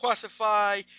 classify